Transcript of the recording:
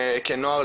כנוער,